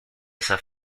esa